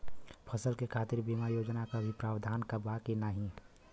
फसल के खातीर बिमा योजना क भी प्रवाधान बा की नाही?